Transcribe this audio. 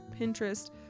Pinterest